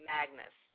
Magnus